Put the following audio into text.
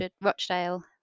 Rochdale